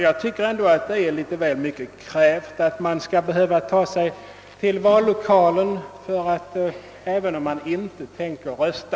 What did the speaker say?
Jag tycker också att det är litet väl mycket krävt att man skall behöva ta sig till vallokalen även om man inte tänker rösta.